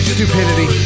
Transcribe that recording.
Stupidity